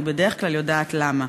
אני בדרך כלל יודעת למה,